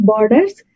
Borders